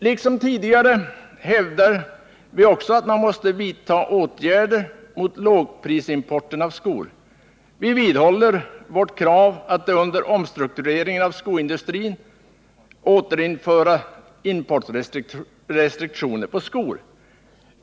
Liksom tidigare hävdar vi att man måste vidtaga åtgärder mot lågprisimporten av skor. Vi vidhåller vårt krav att man under omstruktureringen av skoindustrin återinför importrestriktioner på skor.